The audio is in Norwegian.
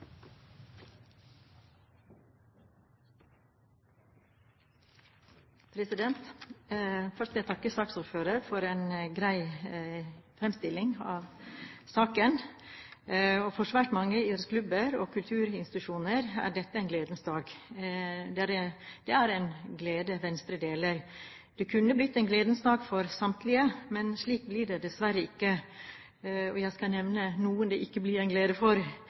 Først vil jeg takke saksordføreren for en grei fremstilling av saken. For svært mange idrettsklubber og kulturinstitusjoner er dette en gledens dag. Det er en glede Venstre deler. Det kunne blitt en gledens dag for samtlige, men slik er det dessverre ikke. Jeg vil nevne noen det ikke blir en glede for.